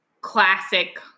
classic